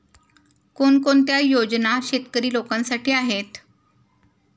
कोणकोणत्या योजना शेतकरी लोकांसाठी आहेत?